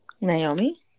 Naomi